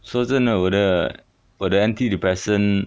说真的我的我的 anti depressant